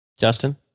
Justin